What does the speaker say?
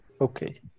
Okay